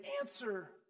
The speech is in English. answer